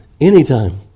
Anytime